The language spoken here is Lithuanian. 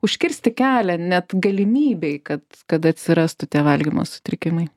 užkirsti kelią net galimybei kad kad atsirastų tie valgymo sutrikimai